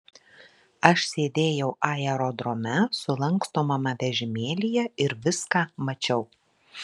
aš sėdėjau aerodrome sulankstomame vežimėlyje ir viską mačiau